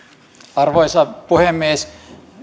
arvoisa puhemies